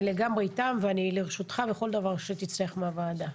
אני לגמרי איתם ואני לרשותך בכל דבר שתצטרך מהוועדה.